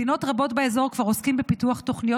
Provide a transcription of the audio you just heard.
מדינות רבות באזור כבר עוסקות בפיתוח תוכניות